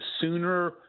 sooner